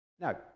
Now